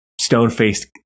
stone-faced